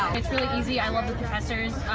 it's really easy i love the professors.